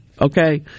Okay